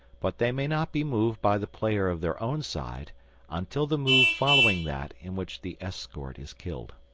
but they may not be moved by the player of their own side until the move following that in which the escort is killed.